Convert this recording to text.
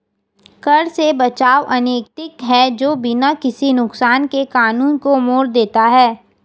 कर से बचाव अनैतिक है जो बिना किसी नुकसान के कानून को मोड़ देता है